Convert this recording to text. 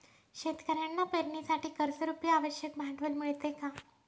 शेतकऱ्यांना पेरणीसाठी कर्जरुपी आवश्यक भांडवल मिळते का?